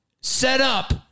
setup